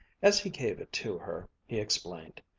as he gave it to her he explained,